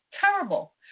terrible